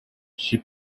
she